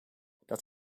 dat